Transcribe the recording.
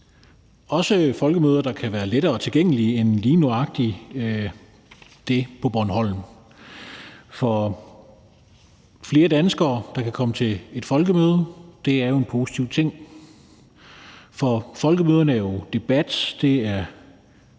også folkemøder, der kan være lettere tilgængelige end lige nøjagtig det på Bornholm. For flere danskere, der kan komme til et folkemøde, er en positiv ting. For folkemøderne er jo debat, det er